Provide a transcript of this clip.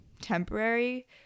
temporary